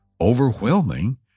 overwhelming